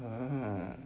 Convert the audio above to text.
oh